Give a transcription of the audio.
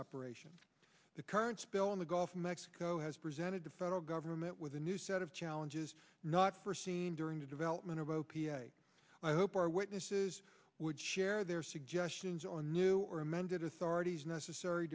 operation the current spill in the gulf of mexico has presented the federal government with a new set of challenges not forseen during the development of o p m i hope our witnesses would share their suggestions on new or amended authorities necessary